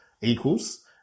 Equals